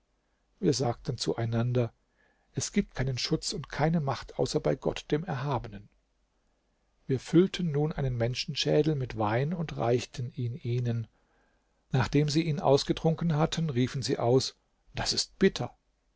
wir sagten zueinander es gibt keinen schutz und keine macht außer bei gott dem erhabenen wir füllten nun einen menschenschädel mit wein und reichten ihn ihnen nachdem sie ihn ausgetrunken hatten riefen sie aus das ist bitter